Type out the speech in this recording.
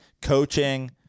coaching